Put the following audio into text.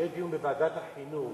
שיהיה דיון בוועדת החינוך